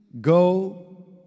go